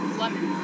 lemon